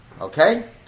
Okay